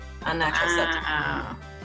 unnatural